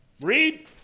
Reed